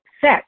set